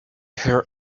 hear